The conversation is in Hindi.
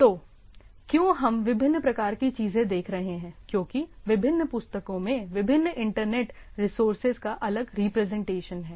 तो क्यों हम विभिन्न प्रकार की चीजें देख रहे हैं क्योंकि विभिन्न पुस्तकों में विभिन्न इंटरनेट रिसोर्सेज का अलग रिप्रेजेंटेशन है